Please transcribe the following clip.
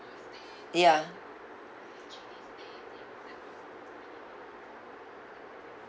ya